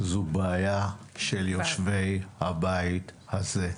זו בעיה של יושבי הבית הזה.